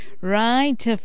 Right